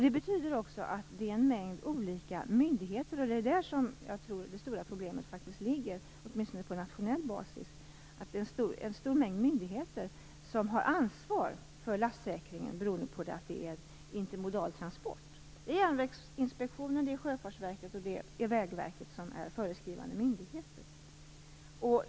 Det betyder också att det är en mängd olika myndigheter som berörs, och det är där jag tror att det stora problemet ligger, åtminstone på nationell basis. Det är en stor mängd myndigheter som har ansvar för lastsäkringen, beroende på att det är en intermodaltransport. Det är Järnvägsinspektionen, Sjöfartsverket och Vägverket som är föreskrivande myndigheter.